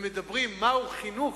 ומדברים על מהו חינוך,